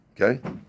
okay